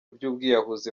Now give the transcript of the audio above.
by’ubwiyahuzi